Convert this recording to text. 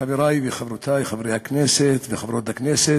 חברי וחברותי חברי הכנסת וחברות הכנסת,